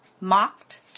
mocked